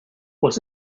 was